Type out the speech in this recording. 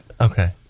Okay